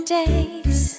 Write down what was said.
days